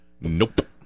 Nope